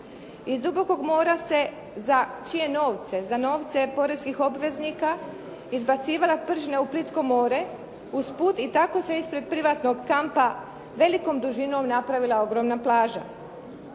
Iz dubokog mora se za čije novce, za novce poreskih obveznika izbacivala pržnja u plitko more usput i tako se ispred privatnog kampa velikom dužinom napravila ogromna plaža.